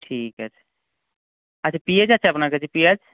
ঠিক আছে আচ্ছা পেঁয়াজ আছে আপনার কাছে পেঁয়াজ